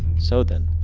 so then,